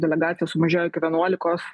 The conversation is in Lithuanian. delegacijos sumažėjo iki vienuolikos